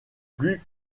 plus